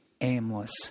aimless